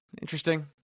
interesting